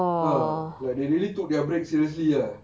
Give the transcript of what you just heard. ah like they really took their break